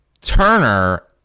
Turner